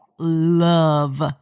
Love